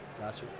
Gotcha